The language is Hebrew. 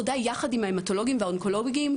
עבודה ביחד עם ההמטולוגים והאונקולוגים,